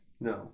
No